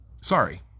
Sorry